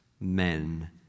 men